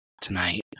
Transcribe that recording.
tonight